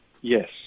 Yes